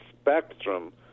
spectrum